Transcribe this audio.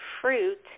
fruit